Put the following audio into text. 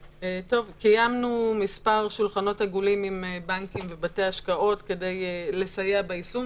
קיימנו מספר שולחנות עגולים עם בנקים ובתי השקעות כדי לסייע ביישום,